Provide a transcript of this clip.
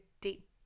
deep